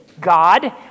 God